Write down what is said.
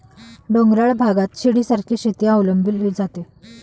डोंगराळ भागात शिडीसारखी शेती अवलंबली जाते